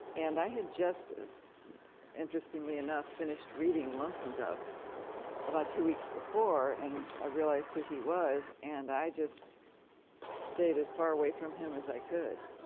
and i had just interestingly enough finished reading lonesome dove about two weeks before, and i realize who he was, and i just stayed as far away from him as i could.